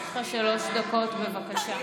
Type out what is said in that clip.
יש לך שלוש דקות, בבקשה.